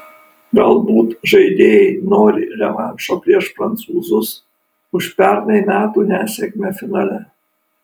galbūt žaidėjai nori revanšo prieš prancūzus už pernai metų nesėkmę finale